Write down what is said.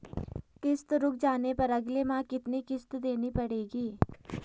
किश्त रुक जाने पर अगले माह कितनी किश्त देनी पड़ेगी?